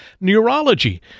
Neurology